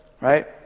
Right